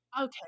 okay